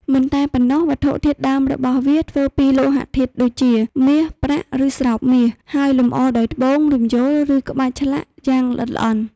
មិនតែប៉ុណ្ណោះ វត្ថុធាតុដើមរបស់វាធ្វើពីលោហៈធាតុដូចជា មាស ប្រាក់ ឬស្រោបមាស ហើយលម្អដោយត្បូង រំយោល ឬក្បាច់ឆ្លាក់ យ៉ាងល្អិតល្អន់។